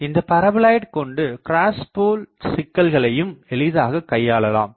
மேலும் இந்த பரபோலாய்ட் கொண்டு க்ராஸ் போல் சிக்கல்களையும் எளிதாக கையாளலாம்